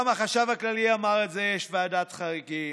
גם החשב הכללי אמר את זה: "יש ועדת חריגים,